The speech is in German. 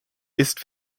ist